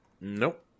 nope